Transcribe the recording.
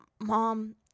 Mom